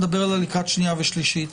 נדבר עליה לקראת שנייה ושלישית.